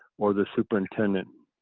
or the superintendent